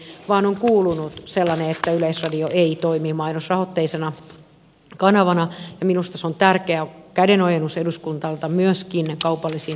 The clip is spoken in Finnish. suomalaiseen kulttuuriin vain on kuulunut sellainen että yleisradio ei toimi mainosrahoitteisena kanavana ja minusta se on tärkeä kädenojennus eduskunnalta myöskin kaupallisiin toimijoihin päin